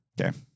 Okay